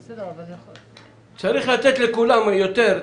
צריך לתת לכולם יותר.